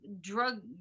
drug